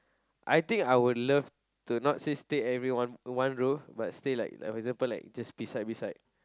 I think I would love to not say stay everyone in One Roof but stay like for example like just beside beside